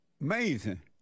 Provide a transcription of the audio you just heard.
amazing